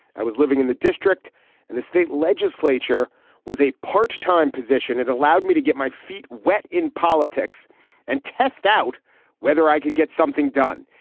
i was living in the district and the state legislature was a part time position it allowed me to get my feet wet in politics and test out whether i could get something done.